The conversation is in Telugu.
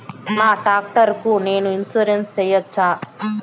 నా టాక్టర్ కు నేను ఇన్సూరెన్సు సేయొచ్చా?